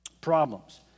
problems